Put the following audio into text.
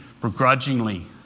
begrudgingly